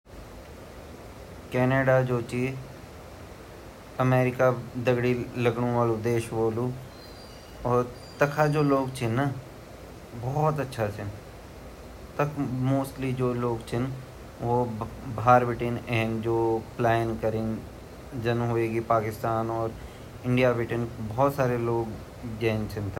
कनाडा जु ची उ यू. के से रिलेटेड ची ता यख इंग्लिश ही ब्वोली जांदी सब भाषा-भूषा इंग्लिश ही ची वख क्रिटियन ही ज़्यादा वोन्दा वख सबसे ज़्यादा हमा भारत बाटिन लोग कनाडा चलिगा पुंजाबा गाऊँ का गाऊँ वख बसी ता वेते मिनी पंजाब भी ब्वोली जांदू वख भारते संस्कृति भोत ज़्यादा ची बड़ा-बड़ा मंदिर बण्या ची।